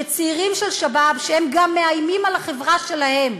שצעירים של שבאב, שהם גם מאיימים על החברה שלהם,